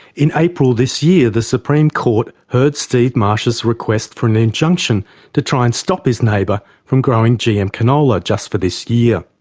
in april this year, the supreme court heard steve marsh's request for an injunction to try and stop his neighbour from growing gm canola just for this year.